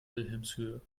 wilhelmshöhe